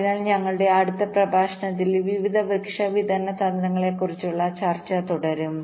അതിനാൽ ഞങ്ങളുടെ അടുത്ത പ്രഭാഷണത്തിൽ വിവിധ വൃക്ഷ വിതരണ തന്ത്രങ്ങളെക്കുറിച്ചുള്ള ഞങ്ങളുടെ ചർച്ച തുടരും